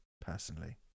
Personally